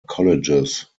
colleges